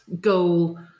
goal